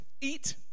Eat